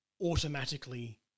automatically